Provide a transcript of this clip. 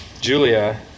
Julia